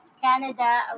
Canada